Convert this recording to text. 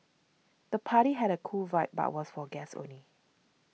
the party had a cool vibe but was for guests only